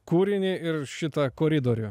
kūrinį ir šitą koridorių